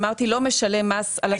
מס על השימוש.